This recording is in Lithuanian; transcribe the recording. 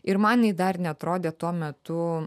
ir man jinai dar neatrodė tuo metu